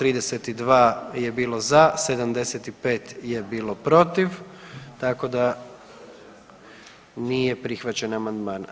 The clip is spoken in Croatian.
32 je bilo za, 75 je bilo protiv, tako da nije prihvaćen amandman.